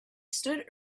stood